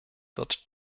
wird